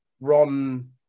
Ron